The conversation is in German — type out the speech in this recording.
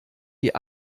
die